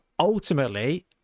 Ultimately